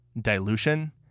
dilution